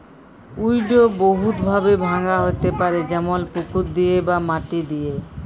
weed বহুত ভাবে ভাঙা হ্যতে পারে যেমল পুকুর দিয়ে বা মাটি দিয়ে